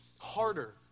harder